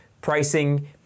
pricing